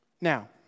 Now